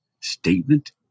statement